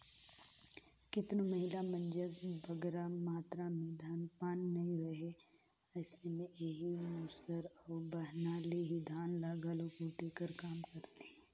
केतनो महिला मन जग बगरा मातरा में धान पान नी रहें अइसे में एही मूसर अउ बहना ले ही धान ल घलो कूटे कर काम करें